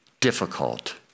difficult